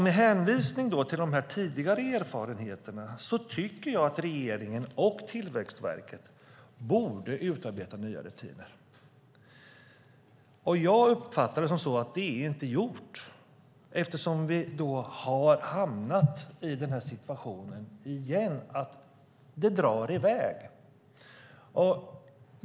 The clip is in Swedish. Med hänvisning till de tidigare erfarenheterna tycker jag att regeringen och Tillväxtverket borde utarbeta nya rutiner. Jag uppfattar att det inte är gjort eftersom vi återigen har hamnat i den här situationen att det drar i väg.